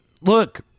look